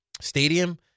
Stadium